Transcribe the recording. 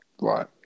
right